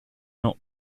not